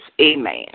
Amen